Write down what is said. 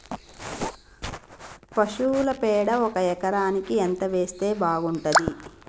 పశువుల పేడ ఒక ఎకరానికి ఎంత వేస్తే బాగుంటది?